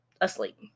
asleep